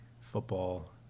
football